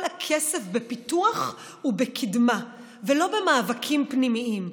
הכסף בפיתוח ובקדמה ולא במאבקים פנימיים.